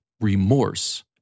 remorse